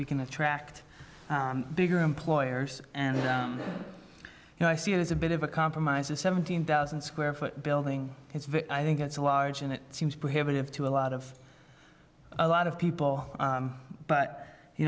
we can attract bigger employers and you know i see it as a bit of a compromise a seventeen thousand square foot building it's very i think it's a large and it seems prohibitive to a lot of a lot of people but you